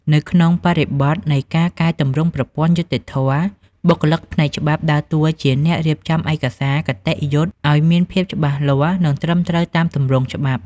នៅក្នុងបរិបទនៃការកែទម្រង់ប្រព័ន្ធយុត្តិធម៌ បុគ្គលិកផ្នែកច្បាប់ដើរតួជាអ្នករៀបចំឯកសារគតិយុត្តិឱ្យមានភាពច្បាស់លាស់ និងត្រឹមត្រូវតាមទម្រង់ច្បាប់។